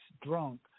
drunk